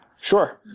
Sure